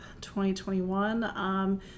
2021